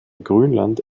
grünland